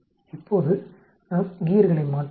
இப்போது நாம் கியர்களை மாற்றுவோம்